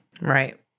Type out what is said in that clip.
Right